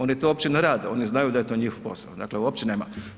Oni to uopće ne rade, oni znaju da je to njihov posao, dakle uopće nema.